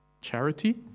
charity